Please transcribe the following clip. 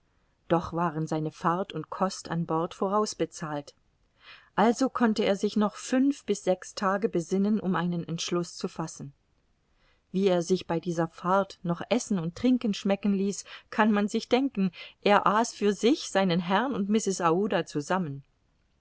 doch waren seine fahrt und kost an bord vorausbezahlt also konnte er sich noch fünf bis sechs tage besinnen um einen entschluß zu fassen wie er sich bei dieser fahrt noch essen und trinken schmecken ließ kann man sich denken er aß für sich seinen herrn und mrs aouda zusammen